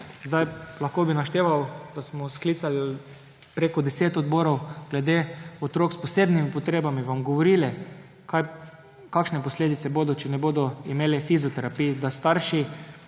Lahko bi našteval, da smo sklicali preko deset odborov glede otrok s posebnimi potrebami, vam govorili, kakšne posledice bodo, če ne bodo imeli fizioterapij, da starši